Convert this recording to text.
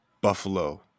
Buffalo